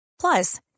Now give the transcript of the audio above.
Plus